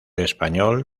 español